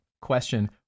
Question